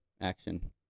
action